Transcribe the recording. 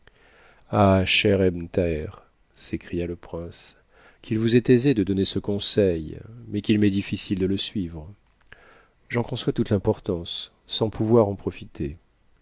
ebn thaher s'écria le prince qu'il vous est aisé de donner ce conseil mais qu'il m'est difficile de le suivre j'en conçois toute l'importance sans pouvoir en profiter